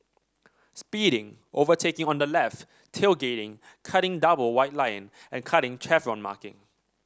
speeding overtaking on the left tailgating cutting double white line and cutting chevron marking